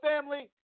family